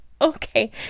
okay